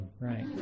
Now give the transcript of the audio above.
right